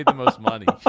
but most money